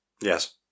Yes